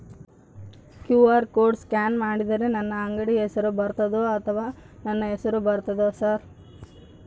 QR code scan ಮಾಡಿದರೆ ನನ್ನ ಅಂಗಡಿ ಹೆಸರು ಬರ್ತದೋ ಅಥವಾ ನನ್ನ ಹೆಸರು ಬರ್ತದ ಸರ್?